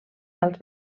als